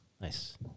Nice